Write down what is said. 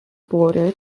border